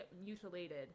mutilated